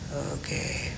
okay